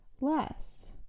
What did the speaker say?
less